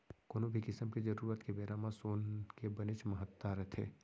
कोनो भी किसम के जरूरत के बेरा म सोन के बनेच महत्ता रथे